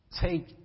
take